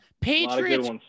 Patriots